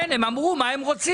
הם אמרו מה הם רוצים.